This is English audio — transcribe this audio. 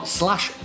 slash